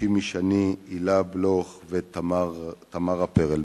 שימי שני, הילה בלוך ותמרה פרלמן.